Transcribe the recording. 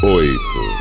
oito